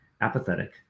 apathetic